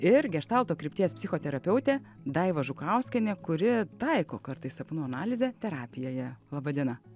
ir geštalto krypties psichoterapeutė daiva žukauskienė kuri taiko kartais sapnų analizę terapijoje laba diena